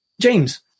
James